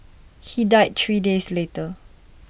he died three days later